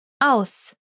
Aus